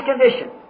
condition